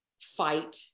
fight